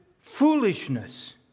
foolishness